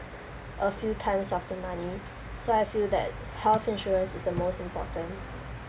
a few times of the money so I feel that health insurance is the most important